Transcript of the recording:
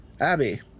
Abby